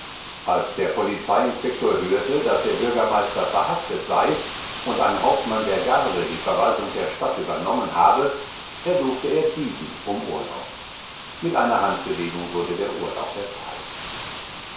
als der polizeiinspektor hörte daß der bürgermeister verhaftet sei und ein hauptmann der garde die verwaltung der stadt übernommen habe ersuchte er diesen um urlaub mit einer handbewegung wurde der urlaub erteilt